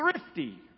thrifty